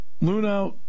Luna